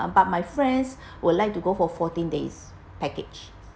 but my friends would like to go for fourteen days package